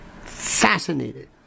fascinated